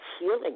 healing